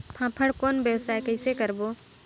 फाफण कौन व्यवसाय कइसे करबो?